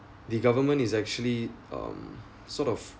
the government is actually um sort of